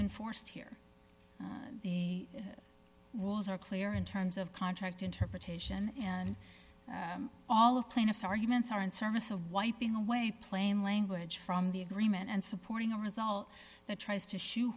enforced here the rules are clear in terms of contract interpretation and all of plaintiff's arguments are in service of wiping away plain language from the agreement and supporting a result that tries to sho